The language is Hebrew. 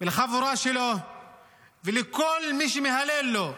ולחבורה שלו ולכל מי שמהלל אותו: